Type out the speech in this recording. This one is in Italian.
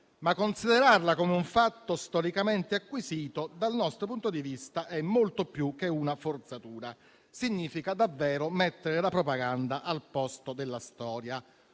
ma considerarla come un fatto storicamente acquisito, dal nostro punto di vista, è molto più che una forzatura. Significa davvero mettere la propaganda al posto della storia.